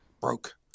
broke